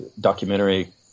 documentary